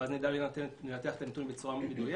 ואז נדע לנתח את הנתונים בצורה מדויקת,